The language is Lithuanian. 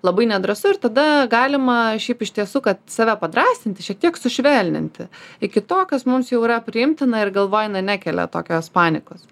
labai nedrąsu ir tada galima šiaip iš tiesų kad save padrąsinti šiek tiek sušvelninti iki to kas mums jau yra priimtina ir galvoj na nekelia tokios panikos